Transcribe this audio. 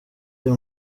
uyu